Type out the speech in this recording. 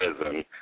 prison